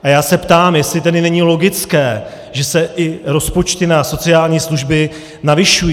A já se ptám, jestli tedy není logické, že se i rozpočty na sociální služby navyšují.